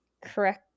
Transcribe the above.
correct